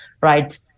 right